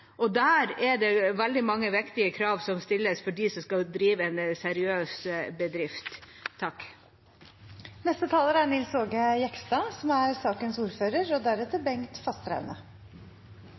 og der er det veldig mange viktige krav som stilles til dem som skal drive en seriøs bedrift. Når jeg hører denne debatten, lurer jeg på hvordan jeg skal begynne, og